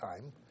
time